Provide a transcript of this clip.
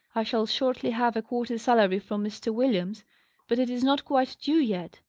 i shall shortly have a quarter's salary from mr. williams but it is not quite due yet.